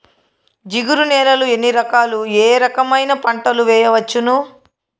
జిగురు నేలలు ఎన్ని రకాలు ఏ రకమైన పంటలు వేయవచ్చును?